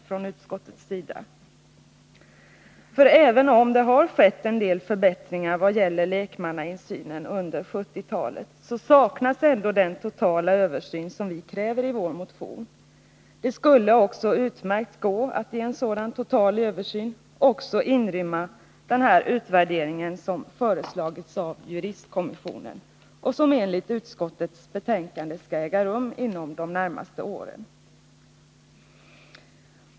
För även om det under 1970-talet har skett en del förbättringar vad det gäller lekmannainsynen, så saknas ändå den totala översyn som vi kräver i vår motion. Det skulle också gå utmärkt att i en sådan total översyn också inrymma den utvärdering som föreslagits av juristkommissionen och som enligt utskottets betänkande skall äga rum inom de närmaste åren.